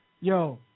Yo